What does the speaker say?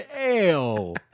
ale